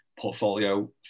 portfolio